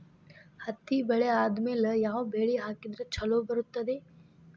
ಹತ್ತಿ ಬೆಳೆ ಆದ್ಮೇಲ ಯಾವ ಬೆಳಿ ಹಾಕಿದ್ರ ಛಲೋ ಬರುತ್ತದೆ?